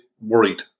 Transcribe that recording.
worried